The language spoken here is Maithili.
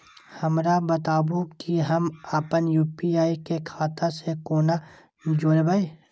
हमरा बताबु की हम आपन यू.पी.आई के खाता से कोना जोरबै?